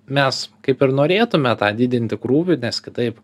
mes kaip ir norėtume tą didinti krūvį nes kitaip